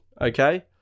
okay